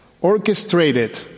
orchestrated